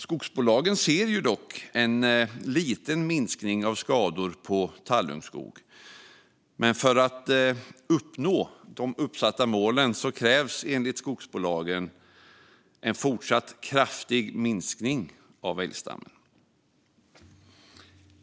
Skogsbolagen ser en liten minskning av skador på tallungskog, men för att uppnå målen krävs enligt skogsbolagen en fortsatt kraftig minskning av älgstammen.